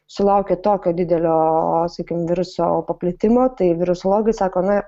sulaukė tokio didelio sakykim viruso paplitimo tai virusologai sako na